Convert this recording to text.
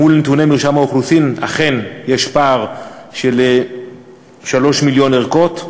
מול נתוני מרשם האוכלוסין אכן יש פער של 3 מיליון ערכות.